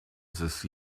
this